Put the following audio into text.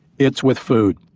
it's with food.